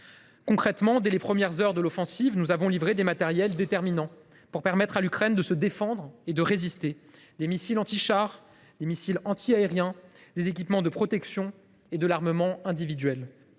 Concrètement, dès les premières heures de l’offensive, nous avons livré des matériels déterminants pour permettre à l’Ukraine de se défendre et de résister : des missiles antichars, des missiles antiaériens, des équipements de protection et de l’armement individuel.